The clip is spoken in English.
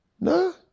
No